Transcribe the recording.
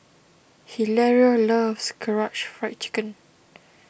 Hilario loves Karaage Fried Chicken